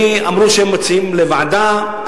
אמרו שהם מציעים להעביר לוועדה,